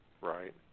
right